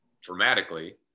dramatically